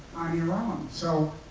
on your own. so,